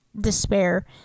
Despair